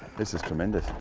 this is tremendous.